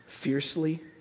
fiercely